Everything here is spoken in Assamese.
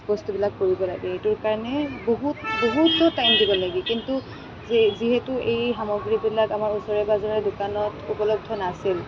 বস্তুবিলাক কৰিব লাগে এইটোৰ কাৰণে বহুত বহুতো টাইম দিব লাগে কিন্তু যিহেতু এই সামগ্ৰীবিলাক আমাৰ ওচৰে পাঁজৰে দোকানত উপলব্ধ নাছিল